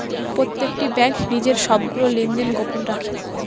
প্রত্যেকটি ব্যাঙ্ক নিজের সবগুলো লেনদেন গোপন রাখে